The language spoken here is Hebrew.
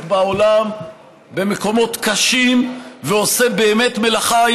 בעולם במקומות קשים ועושה באמת מלאכה,